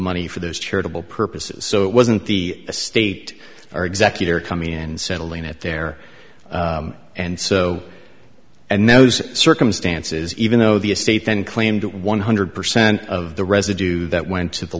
money for those charitable purposes so it wasn't the state or executor coming in and settling it there and so and those circumstances even though the estate then claimed one hundred percent of the residue that went to the